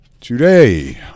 Today